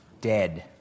Dead